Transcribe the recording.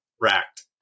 racked